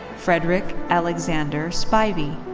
frederick alexander spivey.